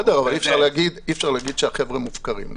בסדר, אבל אי אפשר להגיד שהחבר'ה מופקרים.